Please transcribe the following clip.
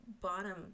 bottom